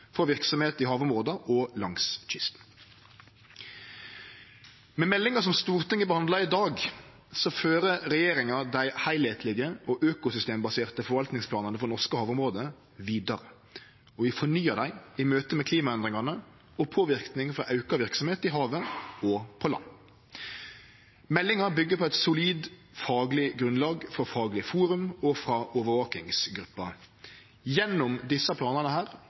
i havområda og langs kysten. Med meldinga som Stortinget behandlar i dag, fører regjeringa dei heilskaplege og økosystembaserte forvaltingsplanane for norske havområde vidare, og vi fornyar dei i møte med klimaendringane og påverknad frå auka verksemd i havet og på land. Meldinga byggjer på eit solid fagleg grunnlag frå Fagleg forum og frå overvakingsgruppa. Gjennom desse planane